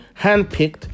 handpicked